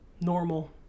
normal